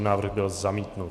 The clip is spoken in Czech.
Návrh byl zamítnut.